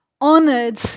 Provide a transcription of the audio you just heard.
Honored